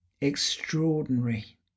extraordinary